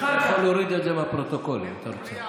אתה יכול להוריד את זה מהפרוטוקול, אם אתה רוצה.